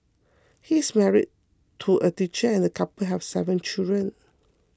he is married to a teacher and the couple have seven children